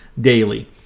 daily